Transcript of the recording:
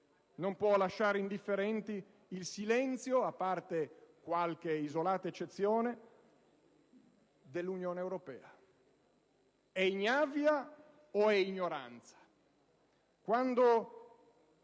Non può lasciare indifferenti il silenzio, a parte qualche isolata eccezione, dell'Unione europea. È ignavia o ignoranza? Quando